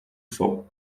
sol